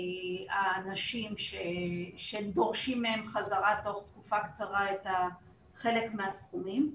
האנשים שדורשים מהם חזרה תוך תקופה קצרה חלק מהסכומים.